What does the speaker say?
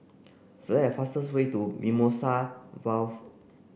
select a fastest way to Mimosa Vale